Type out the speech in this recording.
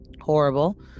horrible